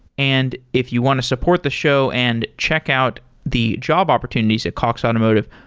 and if you want to support the show and check out the job opportunities at cox automotive,